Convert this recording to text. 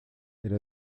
elle